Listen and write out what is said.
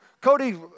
Cody